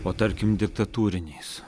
o tarkim diktatūriniais